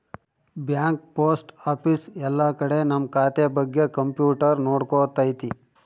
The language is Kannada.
ಬ್ಯಾಂಕ್ ಪೋಸ್ಟ್ ಆಫೀಸ್ ಎಲ್ಲ ಕಡೆ ನಮ್ ಖಾತೆ ಬಗ್ಗೆ ಕಂಪ್ಯೂಟರ್ ನೋಡ್ಕೊತೈತಿ